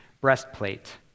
Breastplate